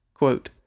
Quote